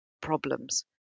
problems